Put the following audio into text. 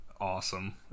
awesome